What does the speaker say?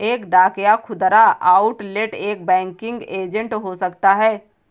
एक डाक या खुदरा आउटलेट एक बैंकिंग एजेंट हो सकता है